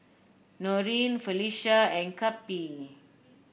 Norene Felisha and Cappie